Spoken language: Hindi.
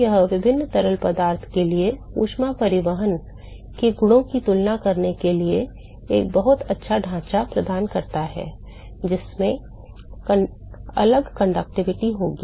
तो यह विभिन्न तरल पदार्थ के लिए ऊष्मा परिवहन के गुणों की तुलना करने के लिए एक बहुत अच्छा ढांचा प्रदान करता है जिसमें अलग चालकता होगी